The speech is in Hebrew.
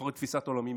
לפחות לתפיסת עולמי.